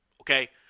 Okay